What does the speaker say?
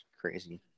crazy